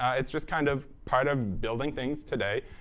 it's just kind of part of building things today.